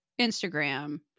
instagram